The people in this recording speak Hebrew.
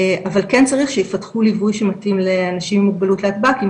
אבל כן צריך שיפתחו ליווי שמתאים לאנשים עם מוגבלות להטב"קים,